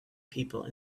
people